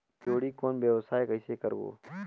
जोणी कौन व्यवसाय कइसे करबो?